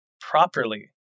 properly